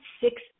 six